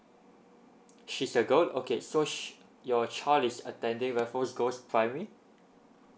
she is a girl okay so sh~ your child is attending raffles girls primary